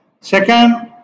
Second